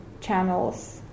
channels